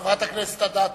חברת הכנסת אדטו.